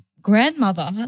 grandmother